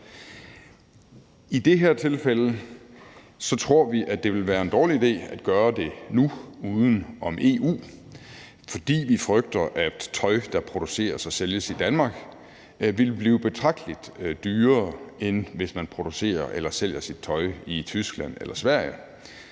I det her tilfælde tror vi at det vil være en dårlig idé at gøre det nu uden om EU, fordi vi frygter, at tøj, der produceres og sælges i Danmark, ville blive betragtelig dyrere, end hvis man producerer eller sælger sit tøj i Tyskland eller Sverige.